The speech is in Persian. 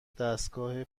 دستگاه